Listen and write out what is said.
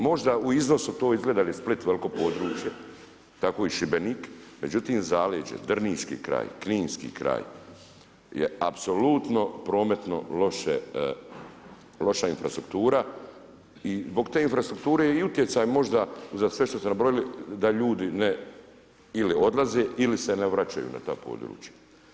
Možda u iznosu to izgleda jer je Split veliko područje, tako i Šibenik, međutim zaleđe drniški kraj, kninski kraj je apsolutno prometno loša infrastruktura i zbog te infrastrukture je i utjecaj možda sve što ste nabrojali da ljudi ili odlaze ili se ne vraćaju na ta područja.